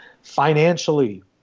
Financially